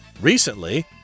Recently